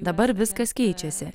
dabar viskas keičiasi